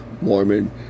Mormon